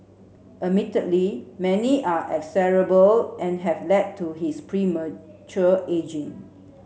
admittedly many are execrable and have led to his premature ageing